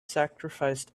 sacrificed